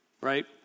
right